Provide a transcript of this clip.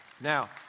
Now